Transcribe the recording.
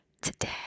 Today